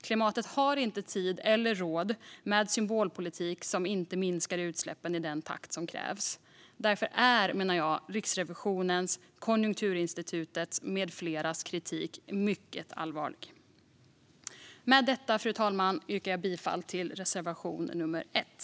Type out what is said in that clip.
Klimatet har inte tid eller råd med symbolpolitik som inte minskar utsläppen i den takt som krävs. Därför är, menar jag, kritiken från Riksrevisionen, Konjunkturinstitutet med flera mycket allvarlig. Med detta, fru talman, yrkar jag bifall till reservation nummer 1.